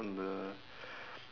on the